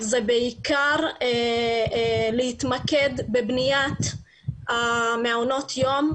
זה בעיקר להתמקד בבניית מעונות היום.